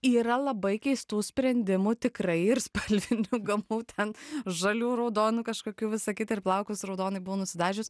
yra labai keistų sprendimų tikrai ir spalvinių gamų ten žalių raudonų kažkokių visa kita ir plaukus raudonai buvo nusidažius